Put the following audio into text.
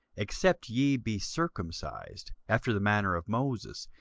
except ye be circumcised after the manner of moses,